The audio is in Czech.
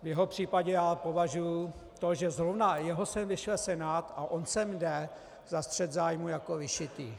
V jeho případě já považuji to, že zrovna jeho sem vyšle Senát a on sem jde, za střet zájmů jako vyšitý.